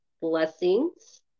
Blessings